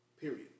Period